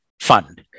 Fund